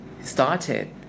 started